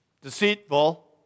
deceitful